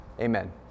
Amen